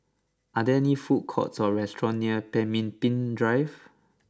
are there food courts or restaurants near Pemimpin Drive